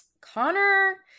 Connor